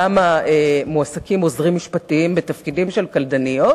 למה מועסקים עוזרים משפטיים בתפקידים של קלדניות?